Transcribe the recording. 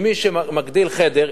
עם מי שמגדיל חדר,